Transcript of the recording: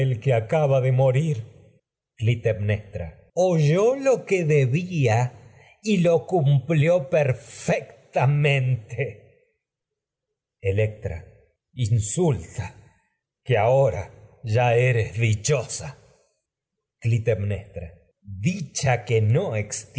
del ba de morir que aca clitemnestra fectamente oyó lo que debía y lo cumplió per electra insulta que ahora ya que no eres dichosa clitemnestra dicha orestes electra nos